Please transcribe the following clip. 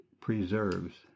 preserves